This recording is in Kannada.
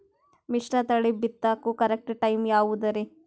ಮಿಶ್ರತಳಿ ಬಿತ್ತಕು ಕರೆಕ್ಟ್ ಟೈಮ್ ಯಾವುದರಿ?